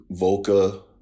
Volca